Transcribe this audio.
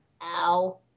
Ow